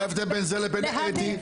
מה ההבדל בין זה לבין אדי?